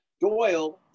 Doyle